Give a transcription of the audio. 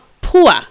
poor